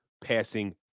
passing